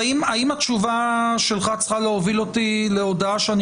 האם התשובה שלך צריכה להוביל אותי להודעה שאני